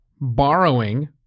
borrowing